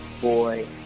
boy